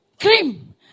cream